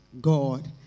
God